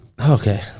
Okay